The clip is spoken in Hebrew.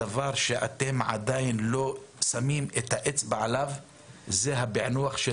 הדבר שאתם עדיין לא שמים את האצבע עליו זה הפענוח של